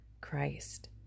Christ